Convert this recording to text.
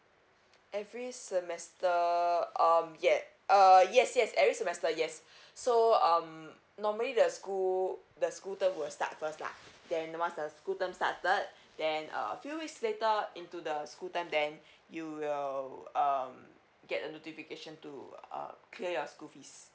every semester um yes uh yes yes every semester yes so um normally the school the school term will start first lah then once the school term started then uh a few weeks later into the school term then you will um get a notification to uh clear your school fees